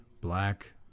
black